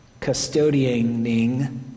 custodianing